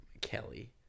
Kelly